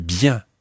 bien